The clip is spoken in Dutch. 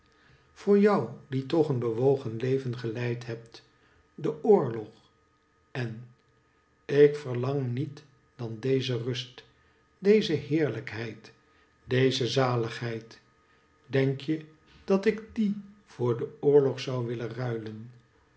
voor jou die toch een bewogen leven geleid hebt de oorlog en ik verlang niet dan deze rust deze heerlijkheid deze zaligheid denk je dat ik die voor den oorlog zou willen ruilen